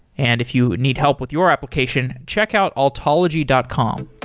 and if you need help with your application, check out altology dot com.